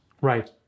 Right